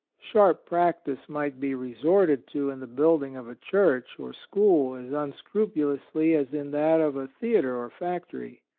sharp practice might be resorted to in the building of a church or school as unscrupulously as in that of a theatre or factory.